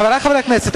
חברי חברי הכנסת,